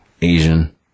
Asian